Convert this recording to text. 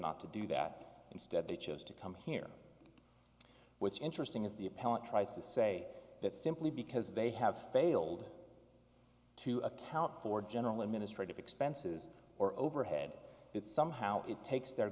not to do that instead they chose to come here what's interesting is the appellant tries to say that simply because they have failed to account for general administrative expenses or overhead that somehow it takes their